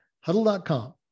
Huddle.com